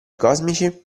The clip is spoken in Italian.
cosmici